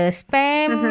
spam